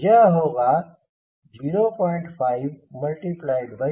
यह होगा 05St